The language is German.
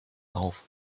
auf